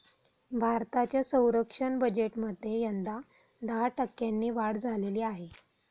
भारताच्या संरक्षण बजेटमध्ये यंदा दहा टक्क्यांनी वाढ झालेली आहे